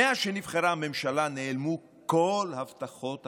מאז שנבחרה הממשלה נעלמו כל הבטחות הבחירות,